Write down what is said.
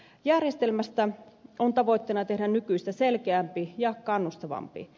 järjestelmästä on tavoitteena tehdä nykyistä selkeämpi ja kannustavampi